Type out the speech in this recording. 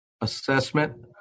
assessment